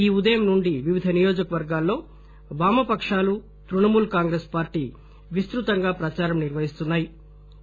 ఈ ఉదయం నుండి వివిధ నియోజకవర్గాల్లో వామపకాలు తృణమూల్ కాంగ్రెస్ పార్టీ విస్తృతంగా ప్రచారం నిర్వహిస్తున్నా యి